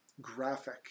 graphic